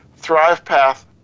ThrivePath